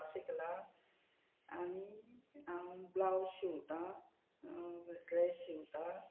भरपाक शिकलां आनी हांव ब्लावज शिंवता ड्रेस शिवता